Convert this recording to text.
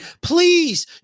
Please